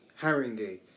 Haringey